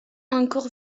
encore